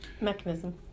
mechanism